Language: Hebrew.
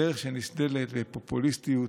הדרך שנסללת בפופוליסטיות,